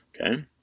okay